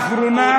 בשנה האחרונה?